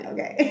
Okay